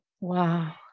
Wow